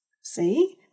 See